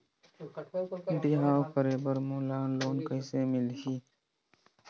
बिहाव करे बर मोला लोन कइसे मिलही?